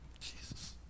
Jesus